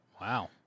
Wow